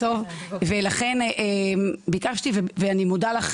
לכן ביקשתי ואני מודה לך,